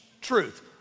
truth